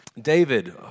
David